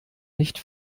nicht